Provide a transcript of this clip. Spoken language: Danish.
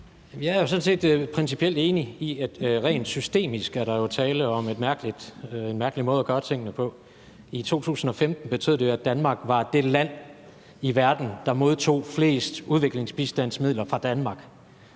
Jeg er sådan set principielt enig i, at der rent systemisk er tale om en mærkelig måde at gøre tingene på. I 2015 betød det, at Danmark var det land i verden, der modtog flest udviklingsbistandsmidler fra Danmark,